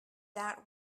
that